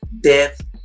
death